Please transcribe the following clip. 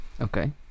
Okay